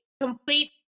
complete